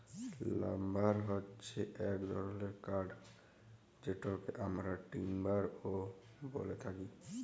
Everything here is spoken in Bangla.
লাম্বার হচ্যে এক ধরলের কাঠ যেটকে আমরা টিম্বার ও ব্যলে থাকি